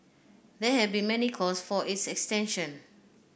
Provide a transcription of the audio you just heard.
there have been many calls for its extension